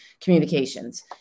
communications